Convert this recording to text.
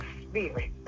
spirit